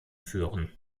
führen